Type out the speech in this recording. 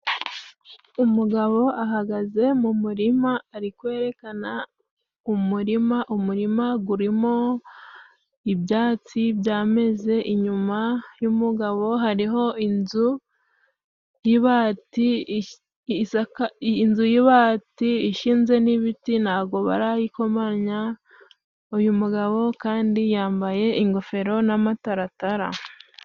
Umugabo ahagaze mu murima ari kwerekana umurima, umurima gurimo ibyatsi byameze inyuma y'umugabo hariho inzu yibati, inzu y'ibati ishinze n'ibiti ntabwo barayikomanya. Uyu mugabo kandi yambaye ingofero n'amataratara.